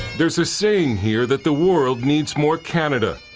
there is a saying here that the world needs more canada.